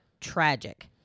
tragic